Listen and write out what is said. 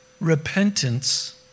repentance